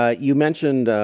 ah you mentioned,